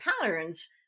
patterns